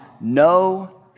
no